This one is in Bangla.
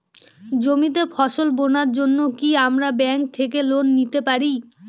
জমিতে ফসল বোনার জন্য কি আমরা ব্যঙ্ক থেকে লোন পেতে পারি?